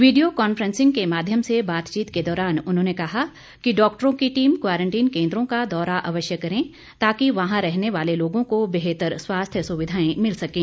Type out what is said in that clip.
video conferencing के माध्यम से बातचीत के दौरान उन्होंने कहा कि डॉक्टरों की टीम क्वारंटीन केंद्रों का दौरा अवश्य करें ताकि वहां रहने वाले लोगों को बेहतर स्वास्थ्य सुविधाएं मिल सकें